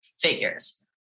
figures